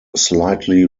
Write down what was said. slightly